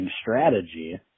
strategy